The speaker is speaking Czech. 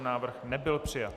Návrh nebyl přijat